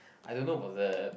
I don't know about that